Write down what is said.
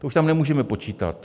To už tam nemůžeme počítat.